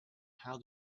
how